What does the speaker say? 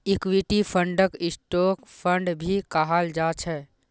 equity फंडक stock fund भी कहाल जा छे